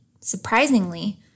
Surprisingly